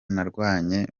narwanye